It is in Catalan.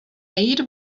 ahir